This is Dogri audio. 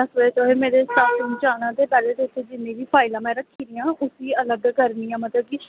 दस बज़े तुसें पैह्लें मेरे स्टाफ रून च आना ते पैह्लें जिन्नी बी फाइलां में रक्खी दियां उस्सी अलग करनियां मतलब कि